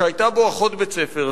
שהיתה בו אחות בית-ספר,